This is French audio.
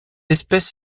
espèce